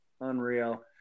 Unreal